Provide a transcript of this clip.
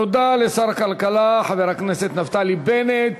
תודה לשר הכלכלה חבר הכנסת נפתלי בנט.